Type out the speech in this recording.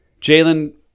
Jalen